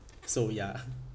so ya